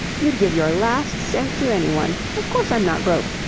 you'd give your last cent to anyone. of course i'm not broke.